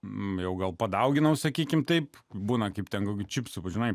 nu jau gal padauginau sakykime taip būna kaip tegul čipsų pažinai